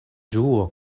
ĝuo